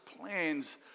plans